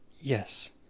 Yes